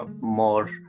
more